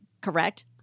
correct